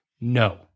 No